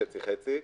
חצי חצי.